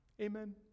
Amen